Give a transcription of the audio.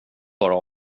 bara